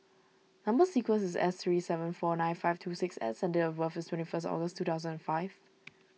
Number Sequence is S three seven four nine five two six S and date of birth is twenty first August two thousand and five